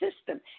system